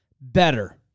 better